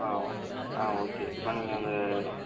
ஆ ஆ ஓகே இப்போ நீங்கள் அந்த